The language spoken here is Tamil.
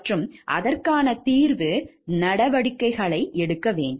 மற்றும் அதற்கான தீர்வு நடவடிக்கைகளை எடுக்க வேண்டும்